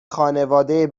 خانواده